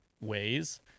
ways